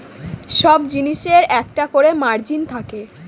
সব জিনিসের একটা করে মার্জিন থাকে